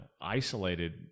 isolated